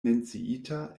menciita